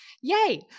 Yay